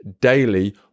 daily